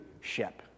ship